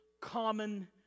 common